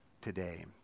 today